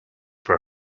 for